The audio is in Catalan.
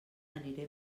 aniré